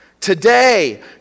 today